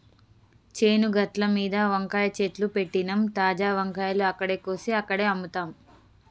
చేను గట్లమీద వంకాయ చెట్లు పెట్టినమ్, తాజా వంకాయలు అక్కడే కోసి అక్కడే అమ్ముతాం